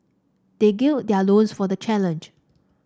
they gird their loins for the challenge